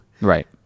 Right